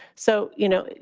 so, you know,